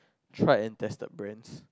tried and tested brands